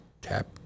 tap